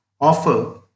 offer